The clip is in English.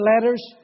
letters